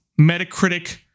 Metacritic